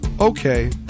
Okay